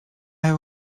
have